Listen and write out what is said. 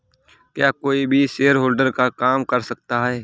क्या कोई भी शेयरहोल्डर का काम कर सकता है?